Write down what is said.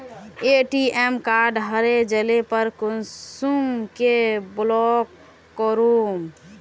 ATM card हरे जाले पर कुंसम के ब्लॉक करूम?